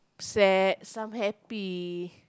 sad some happy